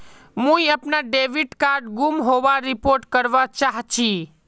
मुई अपना debit card गूम होबार रिपोर्ट करवा चहची